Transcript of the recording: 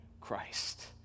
Christ